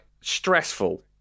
stressful